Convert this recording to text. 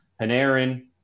Panarin